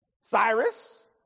Cyrus